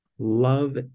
Love